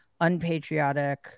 unpatriotic